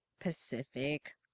pacific